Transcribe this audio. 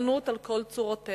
ובגזענות על כל צורותיהן,